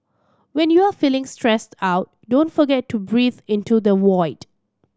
when you are feeling stressed out don't forget to breathe into the void